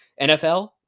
NFL